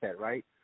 right